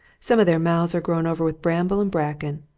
some of their mouths are grown over with bramble and bracken.